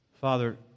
Father